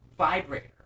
vibrator